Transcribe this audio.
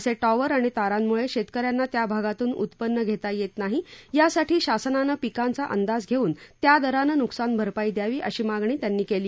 असे टॉवर आणि तारांमुळे शेतकऱ्यांना त्या भागातून उत्पन्न घेता येत नाही यासाठी शासनानं पिकांचा अंदाज घेऊन त्या दरानं नुकसान भरपाई द्यावी अशी मागणी त्यांनी केली